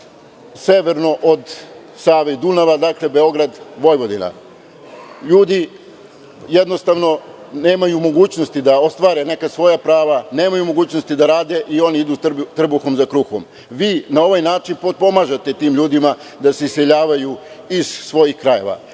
severno od Save i Dunava, dakle Beograd-Vojvodina. Ljudi jednostavno nemaju mogućnosti da ostvare neka svoja prava, nemaju mogućnosti da rade i oni idu trbuhom za kruhom. Vi na ovaj način potpomažete tim ljudima da se iseljavaju iz svojih krajeva.